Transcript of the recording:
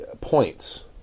points